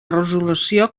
resolució